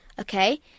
Okay